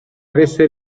avesse